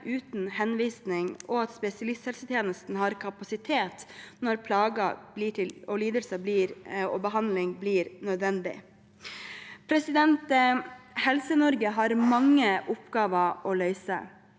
uten henvisning, og at spesialisthelsetjenesten har kapasitet når plager blir til lidelser og behandling blir nødvendig. Helse-Norge har mange oppgaver å løse,